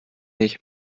nicht